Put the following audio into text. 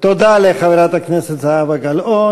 תודה לחברת הכנסת זהבה גלאון.